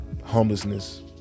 homelessness